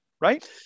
right